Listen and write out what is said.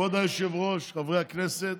כבוד היושב-ראש, חברי הכנסת,